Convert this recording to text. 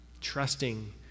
trusting